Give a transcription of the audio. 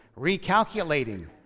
recalculating